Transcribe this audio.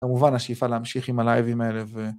כמובן השאיפה להמשיך עם הלייבים האלה ו...